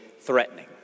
threatening